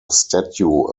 statue